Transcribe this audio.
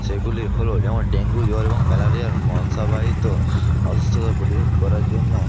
সেগুলি হলো যেমন ডেঙ্গু জ্বর এবং ম্যালেরিয়ার মশাবাহিত অসুস্থতা প্রতিরোধ করার জন্য